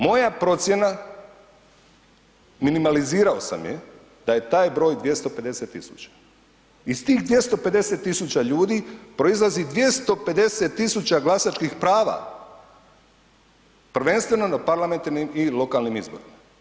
Moja procjena minimalizirao sam je da je taj broj 250.000 i s tih 250.000 ljudi proizlazi 250.000 glasačkih prava prvenstveno na parlamentarnim i lokalnim izborima.